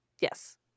Yes